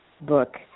book